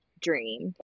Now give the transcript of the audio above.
dream